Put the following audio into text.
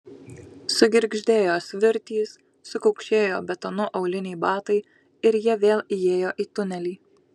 sugirgždėjo svirtys sukaukšėjo betonu auliniai batai ir jie vėl įėjo į tunelį